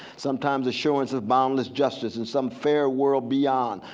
sometimes assurance of boundless justice in some fair world beyond.